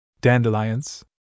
Dandelions